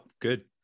good